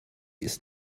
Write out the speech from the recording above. ist